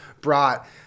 brought